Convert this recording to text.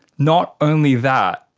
not only that,